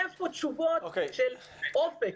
אין כאן תשובות של אופק.